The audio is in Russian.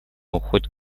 уходит